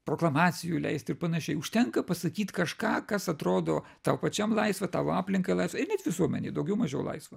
proklamacijų leist ir panašiai užtenka pasakyt kažką kas atrodo tau pačiam laisva tavo aplinkai laisva ir net visuomenei daugiau mažiau laisva